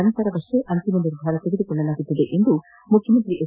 ನಂತರ ಅಂತಿಮ ನಿರ್ಧಾರ ತೆಗೆದುಕೊಳ್ಳಲಾಗುವುದು ಎಂದು ಮುಖ್ಯಮಂತ್ರಿ ಎಚ್